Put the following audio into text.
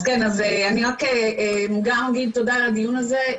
אז כן אני רק גם אגיד תודה על הדיון הזה,